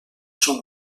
són